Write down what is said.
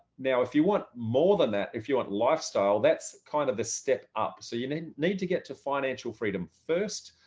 now, if you want more than that, if you want lifestyle, that's kind of the step up so you and and need to get to financial freedom first,